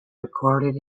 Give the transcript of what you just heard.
recorded